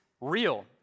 real